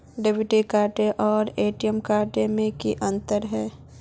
Debit card आर ATM card में की अंतर है?